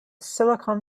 silicon